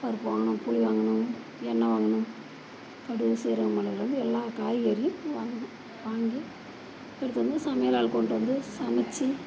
பருப்பு வாங்கணும் புளி வாங்கணும் எண்ணெய் வாங்கணும் அப்படியே கடுகு சீரகம் மிளகுலேந்து எல்லா காய்கறி வாங்கணும் வாங்கி எடுத்துகிட்டு வந்து சமையல் ஆள் கொண்டு வந்து சமைச்சி